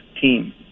team